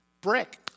brick